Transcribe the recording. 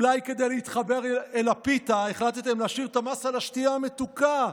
אולי כדי להתחבר אל הפיתה החלטתם להשאיר את המס על השתייה המתוקה.